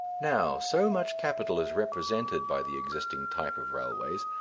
now, so much capital is represented by the existing type of railways,